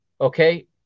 Okay